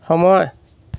সময়